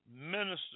minister